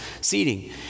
seating